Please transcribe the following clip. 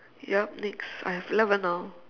yup next I have eleven now